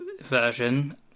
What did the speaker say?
version